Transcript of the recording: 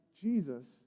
Jesus